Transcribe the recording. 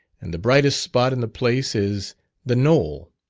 and the brightest spot in the place is the knoll,